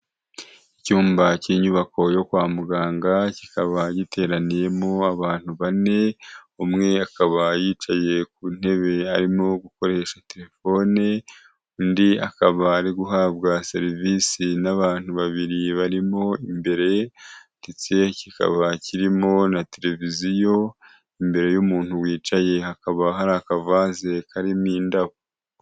Icyumba cy'inyubako yo kwa muganga kikaba giteraniyemo abantu bane umwe akaba yicaye ku ntebe arimo gukoresha telefone, undi akaba ari guhabwa serivisi n'abantu babiri barimo imbere ndetse kikaba kirimo na televiziyo imbere y'umuntu wicaye hakaba hari akavaze karimo indabo.